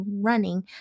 running